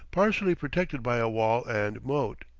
partially protected by a wall and moat,